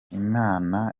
imana